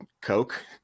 Coke